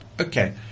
Okay